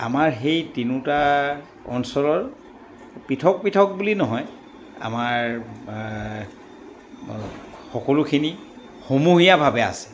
আমাৰ সেই তিনিটা অঞ্চলৰ পৃথক পৃথক বুলি নহয় আমাৰ সকলোখিনি সমূহীয়াভাৱে আছে